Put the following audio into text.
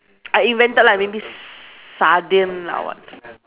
I invented like maybe s~ sardine or what